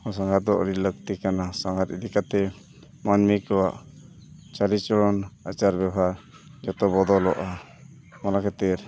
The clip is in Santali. ᱥᱟᱸᱜᱷᱟᱨ ᱫᱚ ᱟᱹᱰᱤ ᱞᱟᱹᱠᱛᱤ ᱠᱟᱱᱟ ᱥᱟᱸᱜᱷᱟᱨ ᱤᱫᱤ ᱠᱟᱛᱮᱫ ᱢᱟᱹᱱᱢᱤ ᱠᱚ ᱪᱟᱹᱞᱼᱪᱚᱞᱚᱱ ᱟᱪᱟᱨ ᱵᱮᱣᱦᱟᱨ ᱡᱚᱛᱚ ᱵᱚᱫᱚᱞᱚᱜᱼᱟ ᱚᱱᱟ ᱠᱷᱟᱹᱛᱤᱨ